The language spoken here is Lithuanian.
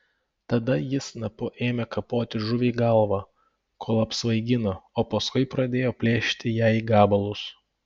tada ji snapu ėmė kapoti žuviai galvą kol apsvaigino o paskui pradėjo plėšyti ją į gabalus